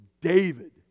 David